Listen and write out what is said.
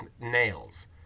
nails